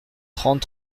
trente